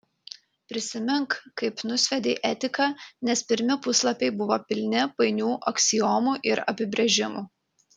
prisimink kaip nusviedei etiką nes pirmi puslapiai buvo pilni painių aksiomų ir apibrėžimų